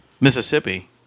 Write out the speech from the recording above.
Mississippi